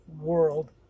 world